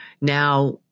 now